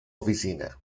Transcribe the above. oficina